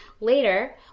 Later